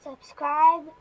Subscribe